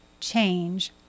Change